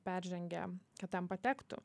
peržengia kad ten patektų